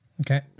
Okay